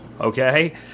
okay